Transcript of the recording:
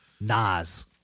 Nas